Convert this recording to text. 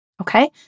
okay